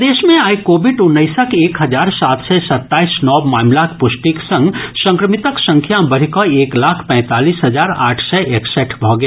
प्रदेश मे आइ कोविड उन्नैसक एक हजार सात सय सत्ताईस नव मामिलाक पुष्टिक संग संक्रमितक संख्या बढ़िकऽ एक लाख पैंतालीस हजार आठ सय एकसठि भऽ गेल